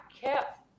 kept